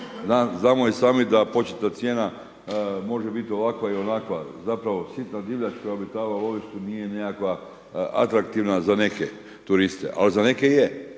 Znamo i sami da početna cijena može biti ovakva i onakva, zapravo sitna divljač koja obitava u lovištima nije nekakva atraktivna za neke turiste, al za neke je.